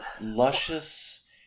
luscious